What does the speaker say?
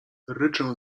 ryczę